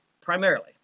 primarily